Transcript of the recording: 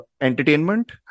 entertainment